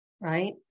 right